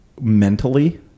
mentally